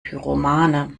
pyromane